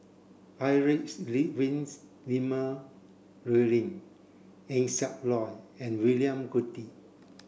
Heinrich Ludwig Emil Luering Eng Siak Loy and William Goode